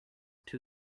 too